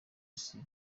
isi